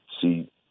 see